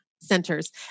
Centers